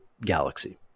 galaxy